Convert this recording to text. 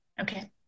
Okay